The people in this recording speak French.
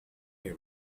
les